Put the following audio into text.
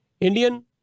Indian